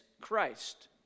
Christ